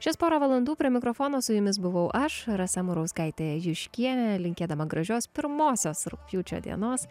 šias porą valandų prie mikrofono su jumis buvau aš rasa murauskaitė juškienė linkėdama gražios pirmosios rugpjūčio dienos